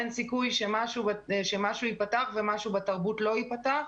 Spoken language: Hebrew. אין סיכוי שמשהו יפתח ומשהו בתרבות לא יפתח,